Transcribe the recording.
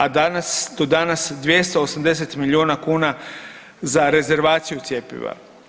A danas, do danas 280 miliona kuna za rezervaciju cjepiva.